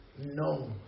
no